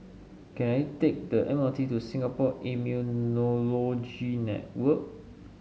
can I take the M R T to Singapore Immunology Network